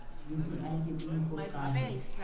UPI के pin code का हे?